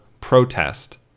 protest